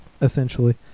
essentially